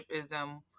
ism